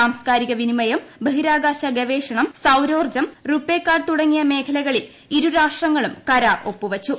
സാംസ്കാരിക വിനിമയം ബഹിരാകാശ ഗവേഷണം സൌരോർജ്ജം റുപേ കാർഡ് തുടങ്ങിയ മേഖലകളിൽ ഇരുരാഷ്ട്രങ്ങളും കരാർ ഒപ്പു വച്ചു